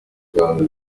ikanzu